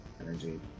energy